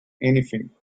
anything